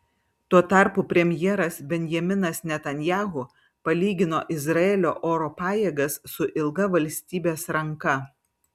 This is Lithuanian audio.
tuo tarpu premjeras benjaminas netanyahu palygino izraelio oro pajėgas su ilga valstybės ranka